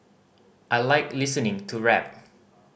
I like listening to rap